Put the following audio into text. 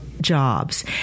jobs